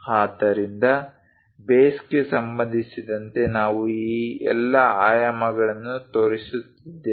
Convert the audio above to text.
ಆದ್ದರಿಂದ ಬೇಸ್ಗೆ ಸಂಬಂಧಿಸಿದಂತೆ ನಾವು ಈ ಎಲ್ಲಾ ಆಯಾಮಗಳನ್ನು ತೋರಿಸುತ್ತಿದ್ದೇವೆ